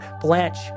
Blanche